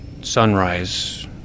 sunrise